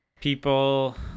people